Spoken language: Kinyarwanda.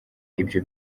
ibyo